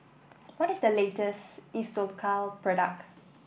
what is the latest isocal product